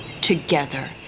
together